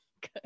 Good